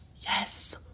Yes